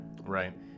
right